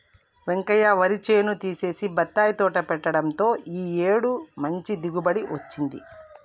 వెంకయ్య వరి చేను తీసేసి బత్తాయి తోట పెట్టడంతో ఈ ఏడు మంచి దిగుబడి వచ్చింది